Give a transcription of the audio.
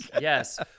yes